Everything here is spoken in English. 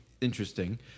interesting